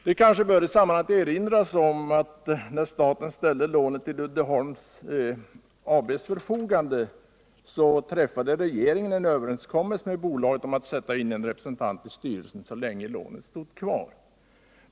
Det bör kanske i sammanhanget erinras om att när staten ställde lånet till Uddeholms AB:s förfogande träffade regeringen en överenskommelse med bolaget om att sätta in en representant i styrelsen så länge lånet stod kvar.